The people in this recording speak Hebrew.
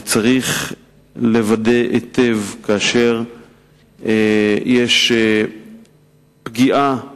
וצריך לוודא היטב כאשר יש פגיעה בנהלים,